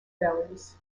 bellies